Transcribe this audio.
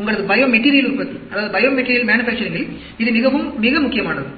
உங்களது bio material உற்பத்தியில் இது மிகவும் மிக முக்கியமானது